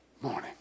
morning